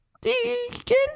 Deacon